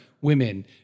women